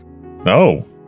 no